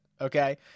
Okay